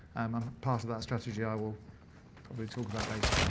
um part of that strategy i will probably talk about later.